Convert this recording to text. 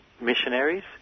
Missionaries